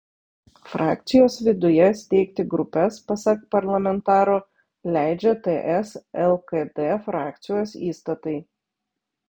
frakcijos viduje steigti grupes pasak parlamentaro leidžia ts lkd frakcijos įstatai